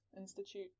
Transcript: Institute